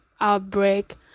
outbreak